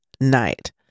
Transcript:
night